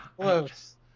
Close